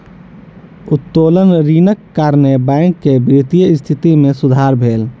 उत्तोलन ऋणक कारणेँ बैंक के वित्तीय स्थिति मे सुधार भेल